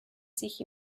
sich